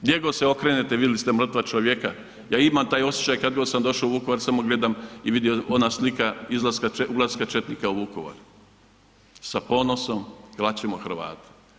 Gdje god se okrenete vidli ste mrtva čovjeka, ja imam taj osjećaj kad god sam došao u Vukovar samo gledam i vidio, ona slika izlaska, ulaska četnika u Vukovar sa ponosom klat ćemo Hrvate.